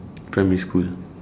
primary school